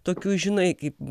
tokių žinai kaip